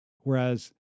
whereas